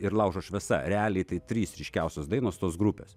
ir laužo šviesa realiai tai trys ryškiausios dainos tos grupės